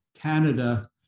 Canada